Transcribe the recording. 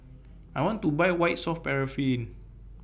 I want to Buy White Soft Paraffin